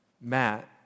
Matt